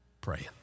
praying